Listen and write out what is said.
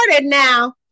now